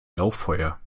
lauffeuer